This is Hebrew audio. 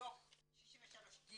דו"ח 63.ג